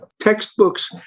Textbooks